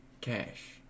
Cash